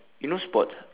you no sports